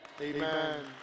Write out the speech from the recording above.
Amen